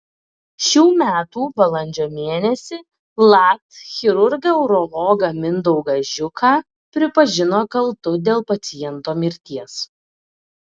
šių metų balandžio mėnesį lat chirurgą urologą mindaugą žiuką pripažino kaltu dėl paciento mirties